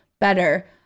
better